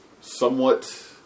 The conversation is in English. somewhat